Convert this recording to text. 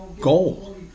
goal